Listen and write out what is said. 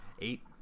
Eight